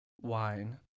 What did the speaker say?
wine